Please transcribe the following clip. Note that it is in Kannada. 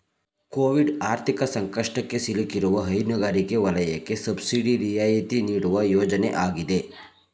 ಕೋವಿಡ್ ಆರ್ಥಿಕ ಸಂಕಷ್ಟಕ್ಕೆ ಸಿಲುಕಿರುವ ಹೈನುಗಾರಿಕೆ ವಲಯಕ್ಕೆ ಸಬ್ಸಿಡಿ ರಿಯಾಯಿತಿ ನೀಡುವ ಯೋಜನೆ ಆಗಿದೆ